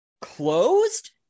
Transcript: closed